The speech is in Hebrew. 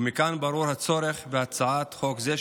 ומכאן ברור הצורך בהצעת חוק זו,